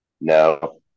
No